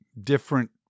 different